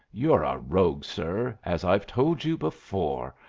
you're a rogue, sir, as i've told you before.